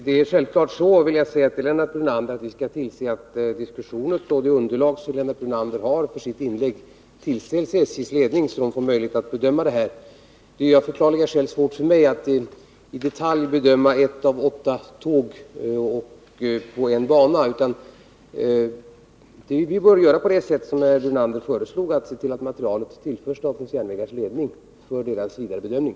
Herr talman! Jag vill säga till Lennart Brunander att vi självfallet skall tillse att denna diskussion och det underlag som Lennart Brunander har för sitt inlägg tillställs SJ:s ledning, så att den får möjlighet att bedöma det här. Det är av förklarliga skäl svårt för mig att i detalj ta ställning till ett av åtta tåg på en bana. Vi bör göra på det sätt som Lennart Brunander föreslog och se till att materialet tillförs statens järnvägars ledning för dess vidare bedömning.